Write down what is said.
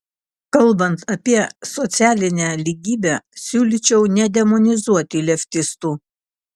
kalbant apie socialinę lygybę siūlyčiau nedemonizuoti leftistų